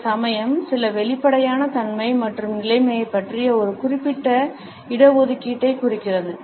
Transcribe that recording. இந்த அம்சம் சில வெளிப்படையான தன்மை மற்றும் நிலைமையைப் பற்றிய ஒரு குறிப்பிட்ட இட ஒதுக்கீட்டைக் குறிக்கிறது